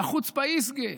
והחוצפא ישגא,